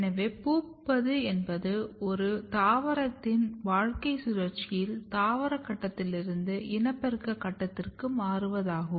எனவே பூப்பது என்பது ஒரு தாவரத்தின் வாழ்க்கைச் சுழற்சியில் தாவர கட்டத்திலிருந்து இனப்பெருக்க கட்டத்திற்கு மாறுவதாகும்